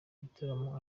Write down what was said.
ibitaramo